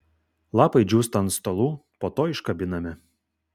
lapai džiūsta ant stalų po to iškabinami